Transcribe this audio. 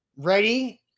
ready